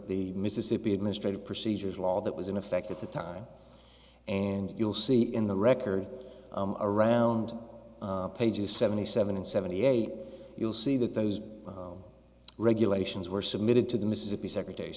the mississippi administrative procedures law that was in effect at the time and you'll see in the record around pages seventy seven and seventy eight you'll see that those regulations were submitted to the mississippi secretar